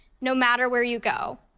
no matter where you go.